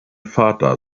vater